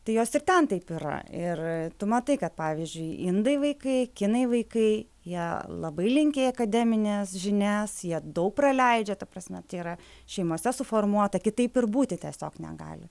tai jos ir ten taip yra ir tu matai kad pavyzdžiui indai vaikai kinai vaikai jie labai linkę į akademines žinias jie daug praleidžia ta prasme tai yra šeimose suformuota kitaip ir būti tiesiog negali